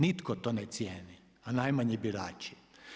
Nitko to ne cijeni, a najmanje birači.